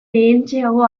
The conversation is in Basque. lehentxeago